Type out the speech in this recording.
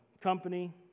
company